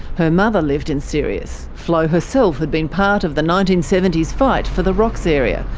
her mother lived in sirius. flo herself had been part of the nineteen seventy s fight for the rocks area,